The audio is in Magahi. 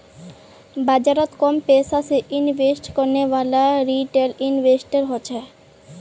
बाजारोत कम पैसा से इन्वेस्ट करनेवाला रिटेल इन्वेस्टर होछे